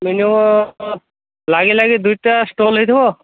minimum ଲାଗି ଲାଗି ଦୁଇଟା ଷ୍ଟଲ୍ ହୋଇଥିବ